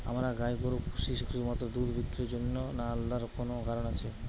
আমরা গাই গরু পুষি শুধুমাত্র দুধ বিক্রি করার জন্য না আলাদা কোনো কারণ আছে?